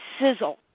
sizzle